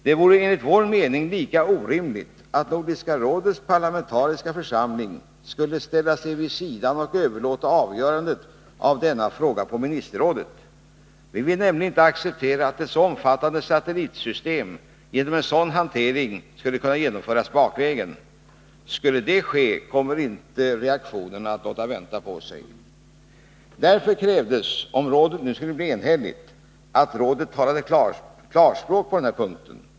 Det vore enligt vår mening lika orimligt att Nordiska rådets parlamentariska församling skulle ställa sig vid sidan och överlåta avgörandet av denna fråga på ministerrådet. Vi vill nämligen inte acceptera att ett så omfattande satellitsystem genom en sådan hantering skulle kunna genomföras bakvägen. I så fall skulle reaktionerna inte låta vänta på sig. Därför krävdes — om rådet skulle bli enhälligt — att rådet talade klarspråk på denna punkt.